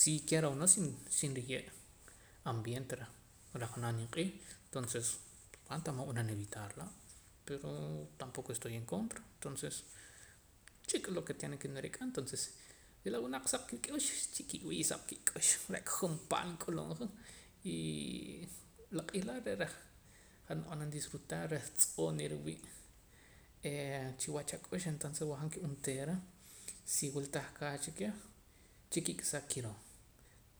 si quiera o no si si riye' ambiente reh reh janaj nimq'iij tonces han tahmood b'anam evitar laa' pero tampoco estoy en contra tonces chik'a lo ke tiene ke nirik'a tonces y la wunaq suq kik'ux chikiw'' suq kik'ux re'ka jumpa'la k'ulub'ja y la q'iij laa re' reh nab'anam disfrutar tz'oo' niriwii' chiwach ak'ux entonces wajaam ke onteera si wul tah kaach keh chikik' saa kiroo